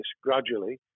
gradually